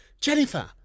Jennifer